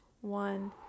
One